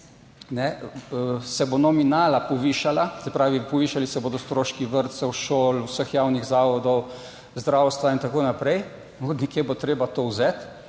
se bo nominala povišala, se pravi, povišali se bodo stroški vrtcev, šol, vseh javnih zavodov, zdravstva in tako naprej. Nekje bo treba to vzeti.